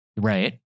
Right